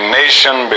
nation